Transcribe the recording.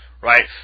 right